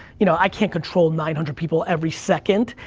you know, i can't control nine hundred people every second,